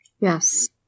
Yes